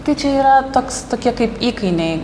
tai čia yra toks tokie kaip įkainiai